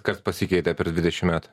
kas pasikeitė per dvidešim metų